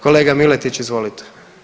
Kolega Miletić, izvolite.